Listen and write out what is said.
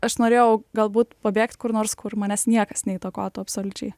aš norėjau galbūt pabėgt kur nors kur manęs niekas neįtakotų absoliučiai